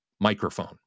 microphone